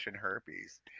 herpes